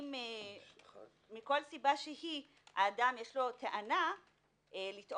שאם מכל סיבה שהיא לאדם יש טענה לטעון